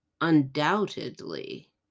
undoubtedly